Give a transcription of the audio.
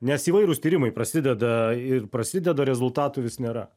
nes įvairūs tyrimai prasideda ir prasideda rezultatų vis nėra